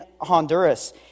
Honduras